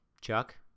Chuck